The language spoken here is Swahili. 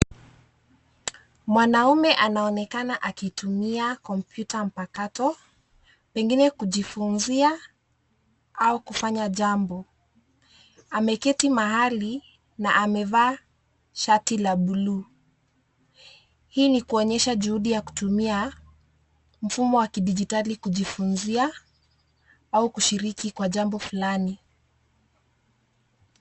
Mwanaume anaonekana akitumia kompyuta mpakato, pengine kujifunzia au kufanya jambo. Ameketi mahali na amevaa shati la bluu. Hii kuonyesha juhudi ya kutumia mfumo wa kidijitali kujifunzia au kushiriki kwa jambo fulani.